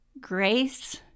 grace